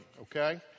okay